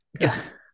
Yes